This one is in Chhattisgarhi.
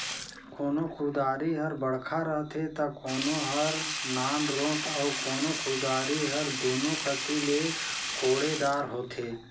कोनो कुदारी हर बड़खा रहथे ता कोनो हर नानरोट अउ कोनो कुदारी हर दुनो कती ले कोड़े दार होथे